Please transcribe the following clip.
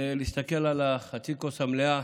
זה להסתכל על חצי הכוס המלאה,